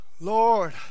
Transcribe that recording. Lord